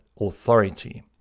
authority